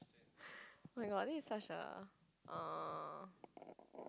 oh-my-god this is such a uh